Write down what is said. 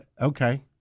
Okay